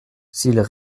s’ils